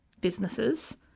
businesses